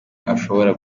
ashobora